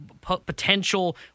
potential